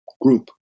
group